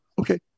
okay